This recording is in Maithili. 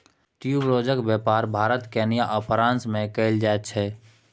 ट्यूबरोजक बेपार भारत केन्या आ फ्रांस मे कएल जाइत छै